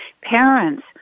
parents